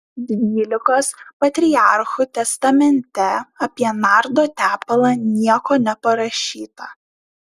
dvylikos patriarchų testamente apie nardo tepalą nieko neparašyta